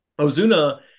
Ozuna